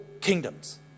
kingdoms